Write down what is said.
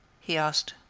he asked.